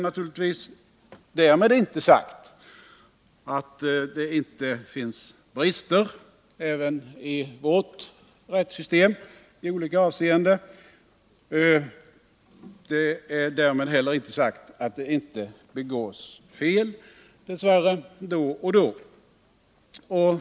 Naturligtvis är det därmed inte sagt att det inte finns brister även i vårt rättssystem i olika avseenden. Det begås fel då och då.